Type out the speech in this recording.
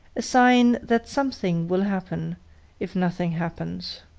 a sign that something will happen if nothing happens.